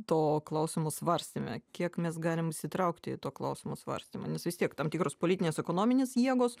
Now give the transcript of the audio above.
to klausimo svarstyme kiek mes galim įsitraukti į to klausimo svarstymą nes vis tiek tam tikros politinės ekonominės jėgos